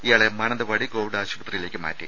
ഇയാളെ മാനന്തവാടി കോവിഡ് ആശുപത്രിയിലേക്ക് മാറ്റി